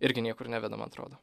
irgi niekur neveda man atrodo